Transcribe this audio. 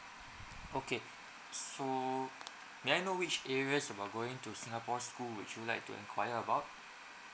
okay so may I know which areas about going to singapore school would you like to enquire about